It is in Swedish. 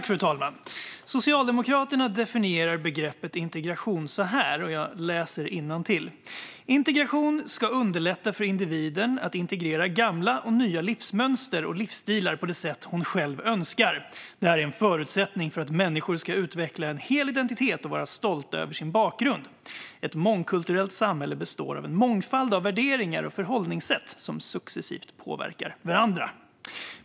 Fru talman! Socialdemokraterna definierar begreppet "integration" så här - jag läser innantill: Integration ska underlätta för individen att integrera gamla och nya livsmönster och livsstilar på det sätt hon själv önskar. Det här är en förutsättning för att människor ska utveckla en hel identitet och vara stolta över sin bakgrund. Ett mångkulturellt samhälle består av en mångfald av värderingar och förhållningssätt, som successivt påverkar varandra.